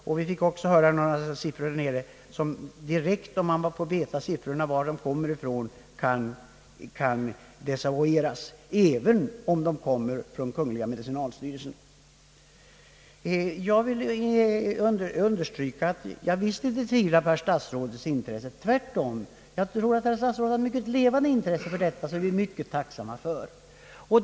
Även vi har fått höra siffror från Malmöhus län, vilka direkt, om man bara får veta vad siffrorna gäller, kan desavueras — även om de kommer från kungliga medicinalstyrelsen. Jag vill understryka att jag visst inte betvivlar statsrådets intresse. Tvärtom, jag tror att statsrådet har ett mycket 1evande intresse för detta, och det är vi mycket tacksamma för.